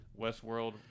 Westworld